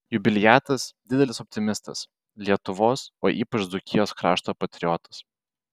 jubiliatas didelis optimistas lietuvos o ypač dzūkijos krašto patriotas